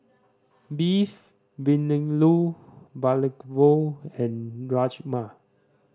Beef Vindaloo and Rajma